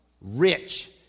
Rich